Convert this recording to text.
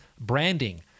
branding